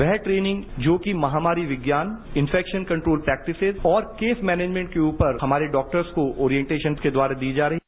वह ट्रेनिंग जो कि महामारी विज्ञान और इन्फैक्शन कंट्रोल प्रैक्टिसिज और केस मैनेजमैंट के ऊपर हमारे डॉक्टर्स को ओरियेन्टेशन के द्वारा दी जा रही है